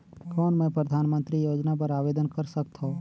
कौन मैं परधानमंतरी योजना बर आवेदन कर सकथव?